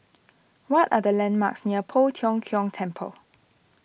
what are the landmarks near Poh Tiong Kiong Temple